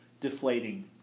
deflating